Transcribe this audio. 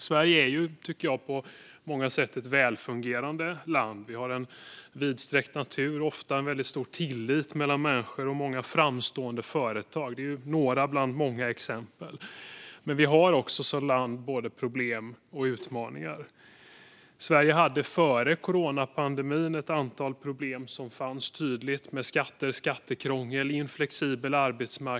Sverige är ett på många sätt välfungerande land. Vi har vidsträckt natur, ofta stor tillit mellan människor och många framstående företag. Det är några av många exempel. Men vi har också som land både problem och utmaningar. Sverige hade före coronapandemin ett antal tydliga problem med skatter, skattekrångel och oflexibel arbetsmarknad.